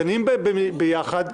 דנים ביחד,